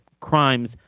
crimes